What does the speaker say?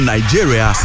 Nigeria